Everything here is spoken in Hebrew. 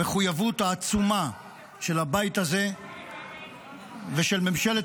המחויבות העצומה של הבית הזה ושל ממשלת